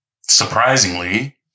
Surprisingly